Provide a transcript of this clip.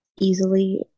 easily